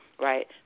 right